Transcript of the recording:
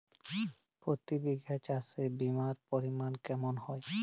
প্রতি বিঘা চাষে বিমার পরিমান কেমন হয়?